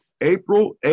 april